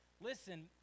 Listen